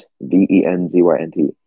V-E-N-Z-Y-N-T